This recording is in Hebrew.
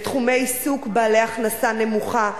בתחומי עיסוק בעלי הכנסה נמוכה,